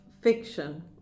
fiction